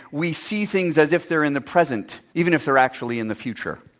we see things as if they're in the present even if they're actually in the future.